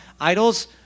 idols